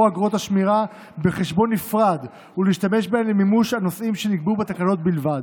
אגרות השמירה בחשבון נפרד ולהשתמש בהם למימוש הנושאים שנקבעו בתקנות בלבד.